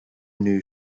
new